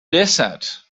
desert